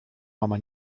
mama